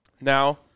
Now